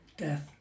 Death